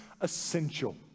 essential